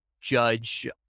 judge